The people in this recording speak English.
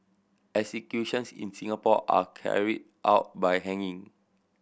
executions in Singapore are carried out by hanging